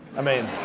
i mean,